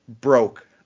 broke